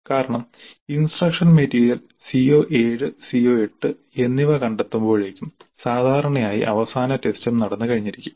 കാരണം instruction material CO7 CO8 എന്നിവ കണ്ടെത്തുമ്പോഴേക്കും സാധാരണയായി അവസാന ടെസ്റ്റ് നടന്നു കഴിഞ്ഞിരിക്കും